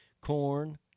Corn